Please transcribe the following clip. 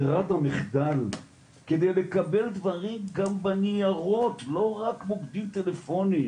מונח ברירת המחדל כדי לקבל דברים גם בניירות לא רק מוקדים טלפונים,